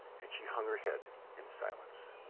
and she hung her head in silence.